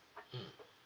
mmhmm